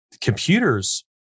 computers